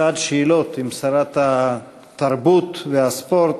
שעת שאלות עם שרת התרבות והספורט,